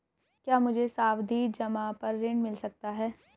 क्या मुझे सावधि जमा पर ऋण मिल सकता है?